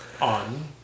on